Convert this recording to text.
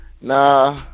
nah